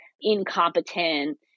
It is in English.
incompetent